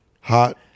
hot